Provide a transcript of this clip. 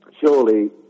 surely